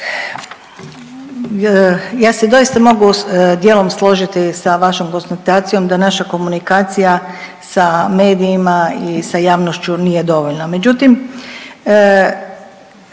Ja se doista mogu dijelom složiti sa vašom konstatacijom da naša komunikacija sa medijima i sa javnošću nije dovoljna.